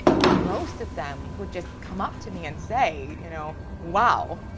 most of them would just come up to me and say, you know, wow,